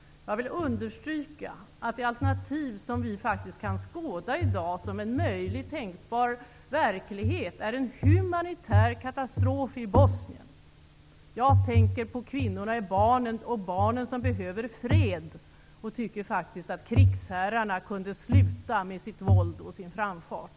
Jag vill understryka att det alternativ som vi faktiskt kan skåda i dag som en möjlig och tänkbar verklighet är en humanitär katastrof i Bosnien. Jag tänker på kvinnorna och barnen som behöver fred och tycker faktiskt att krigsherrarna kunde sluta med sitt våld och sin framfart.